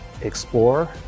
explore